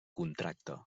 contracte